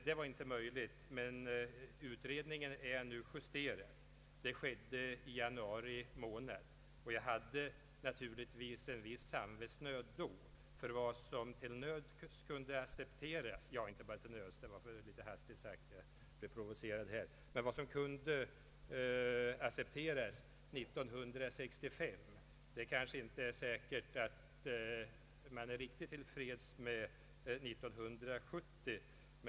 Det var nu inte möjligt, men utredningen är nu justerad. Det skedde i januari månad. Jag hade naturligtvis en viss samvetsnöd för att det som kunde accepteras år 1965 kanske inte var riktigt tillfredsställande år 1970.